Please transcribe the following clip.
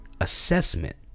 assessment